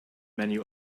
menu